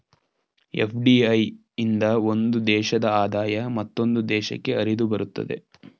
FDI ಇಂದ ಒಂದು ದೇಶದ ಆದಾಯ ಮತ್ತೊಂದು ದೇಶಕ್ಕೆ ಹರಿದುಬರುತ್ತದೆ